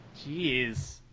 Jeez